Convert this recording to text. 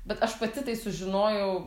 bet aš pati tai sužinojau